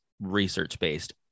research-based